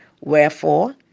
Wherefore